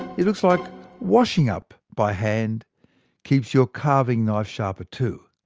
it looks like washing up by hand keeps your carving knife sharper too.